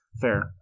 fair